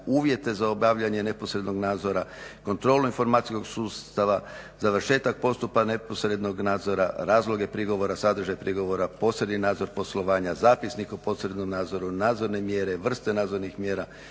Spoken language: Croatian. uvjete za obavljanje neposrednog nadzora, kontrolu informacijskog sustava, završetak postupka neposrednog nadzora, razloge prigovora, sadržaj prigovora, posredni nadzor poslovanja, zapisnik o posrednom nadzoru, nadzorne mjere, vrste nadzornih mjera,